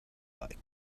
like